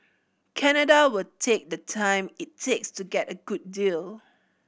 Canada will take the time it takes to get a good deal